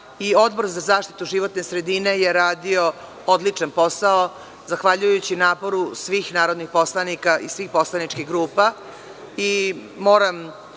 i Odbor za zaštitu životne sredine je radio odličan posao zahvaljujući naporu svih narodnih poslanika i svih poslaničkih grupa.